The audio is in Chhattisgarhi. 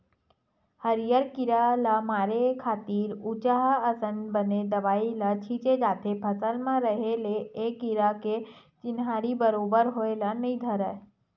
हरियर कीरा ल मारे खातिर उचहाँ असन बने दवई ल छींचे जाथे फसल म रहें ले ए कीरा के चिन्हारी बरोबर होय ल नइ धरय